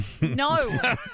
No